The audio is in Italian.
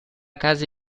casa